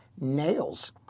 nails